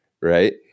right